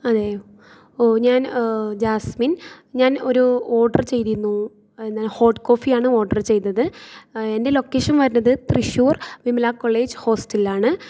അയോ ഓ ഞാൻ ജാസ്മിൻ ഞാൻ ഒരു ഓർഡർ ചെയ്തിരുന്നു എന്ന ഹോട്ട് കോഫിയാണ് ഓഡ്റ് ചെയ്തത് എൻ്റെ ലൊക്കേഷൻ വരുന്നത് തൃശ്ശൂർ വിമലാ കോളേജ് ഹോസ്റ്റലിലാണ്